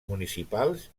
municipals